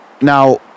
Now